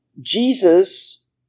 Jesus